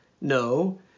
no